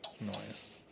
noise